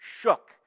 shook